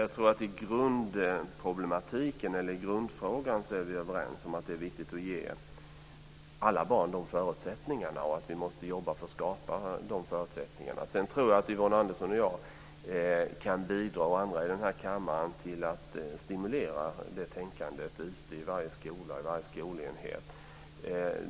Herr talman! Jag tror att vi är överens om grundfrågan, att det är viktigt att ge alla barn dessa förutsättningar och att vi måste jobba för att skapa dessa förutsättningar. Jag tror också att Yvonne Andersson och jag och andra i denna kammare kan bidra till att stimulera detta tänkande ute i varje skola.